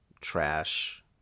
trash